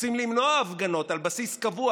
רוצים למנוע הפגנות על בסיס קבוע,